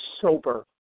sober